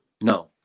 No